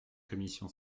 commission